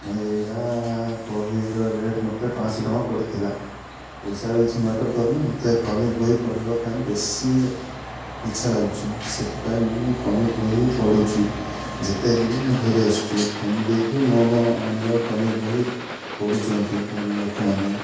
ଆଉ ଏଗୁଡ଼ା ବହିର ରେଟ୍ ମୋତେ ପାଞ୍ଚଶହ ଟଙ୍କା ପଡ଼ିଥିଲା ପଇସାର କିଛି ମ୍ୟାଟର କରିନି ମୋତେ କମିକ୍ ବହି ପଢ଼ିବା ପାଇଁ ବେଶି ଇଚ୍ଛା ଲାଗୁଛି ସେଥିପାଇଁ ମୁଁ କମିକ୍ ବହି ପଢ଼ୁଛି ଯେତେ ହେଲେ ବି ମୁଁ ଧରି ଆସୁଛି ଫ୍ୟାମିଲି ବି ମୁଁ ଆଣିବା କମିକ୍ ବହି ପଢ଼ୁଛନ୍ତି ଫ୍ୟାମିଲି ଲୋକମାନେ